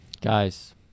Guys